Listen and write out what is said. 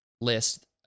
list